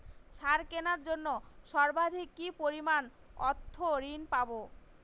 সার কেনার জন্য সর্বাধিক কি পরিমাণ অর্থ ঋণ পাব?